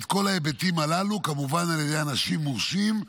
של כל ההיבטים הללו, כמובן על ידי אנשים מורשים,